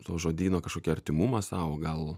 to žodyno kažkokį artimumą sau gal